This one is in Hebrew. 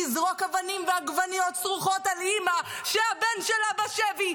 לזרוק אבנים ועגבניות סרוחות על אימא שהבן שלה בשבי,